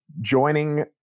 joining